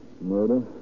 murder